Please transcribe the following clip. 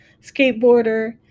skateboarder